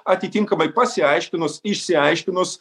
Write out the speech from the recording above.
atitinkamai pasiaiškinus išsiaiškinus